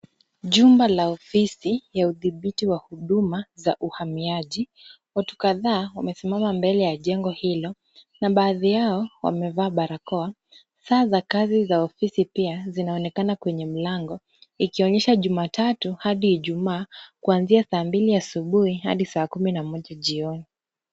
Jumba la ofisi ya udhibiti wa huduma za uhamiaji, watu kadhaa wamesimama mbele ya jengo hilo na baadhi yao wamevaa barakoa. Saa za kazi za ofisi pia zinaonekana kwenye mlango ikionyesha Jumatatu hadi Ijumaa kuanzia saa mbili asubuhi hadi saa kumi na moja jioni.